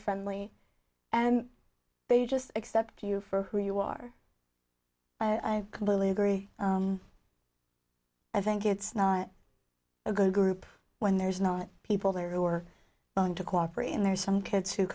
friendly and they just accept you for who you are i completely agree i think it's not a good group when there's not people there who are willing to cooperate and there's some kids who